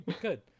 Good